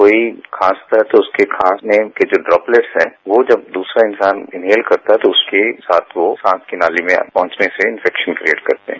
कोई खांसता है तो उसके खांसने के जो ड्रोपलेट्स हैं वो जब दूसरा इन्सान इनहेल करता है तो उसके साथ वो सांस की नाली में पहुंचने से इन्फेक्शन क्रिएट करते हैं